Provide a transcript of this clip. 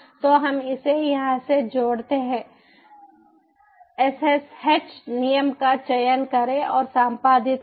तो हम इसे यहाँ से जोड़ते हैं ssh नियम का चयन करें और संपादित करें